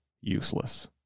useless